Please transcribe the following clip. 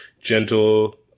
gentle